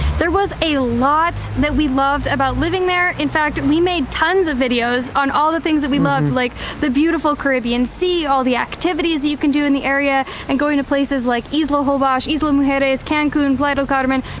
there was a lot that we loved about living there, in fact, and we made tons of videos on all the things that we loved like the beautiful caribbean sea, all the activities you can do in the area, and going to places like isla holbox, isla mujeres, cancun, playa del carmen,